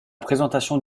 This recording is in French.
présentation